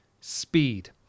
Speed